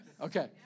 Okay